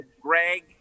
Greg